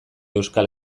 euskal